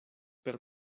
per